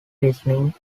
listening